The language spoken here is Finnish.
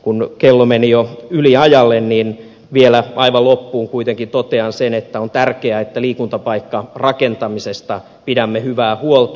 kun kello meni jo yliajalle niin vielä aivan loppuun kuitenkin totean sen että on tärkeää että liikuntapaikkarakentamisesta pidämme hyvää huolta